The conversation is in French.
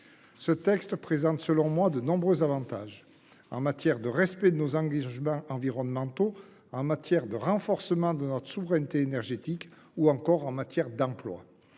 Le texte présente selon moi de nombreux avantages, en matière de respect de nos engagements environnementaux, de renforcement de notre souveraineté énergétique ou encore d’emploi.